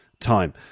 time